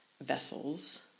vessels